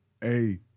Hey